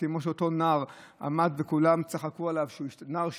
כמו שאומר נער עמד וכולם צחקו עליו, נער שהשתטה,